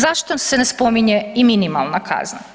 Zašto se ne spominje i minimalna kazna?